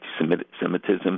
anti-Semitism